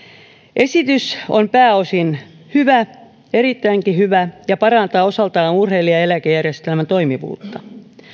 esitys on pääosin hyvä erittäinkin hyvä ja parantaa osaltaan urheilijaeläkejärjestelmän toimivuutta